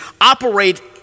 operate